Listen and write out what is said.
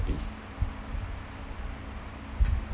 happy